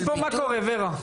שניה, מפה מה קורה ורה?